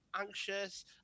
anxious